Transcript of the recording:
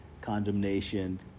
condemnation